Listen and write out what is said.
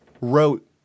wrote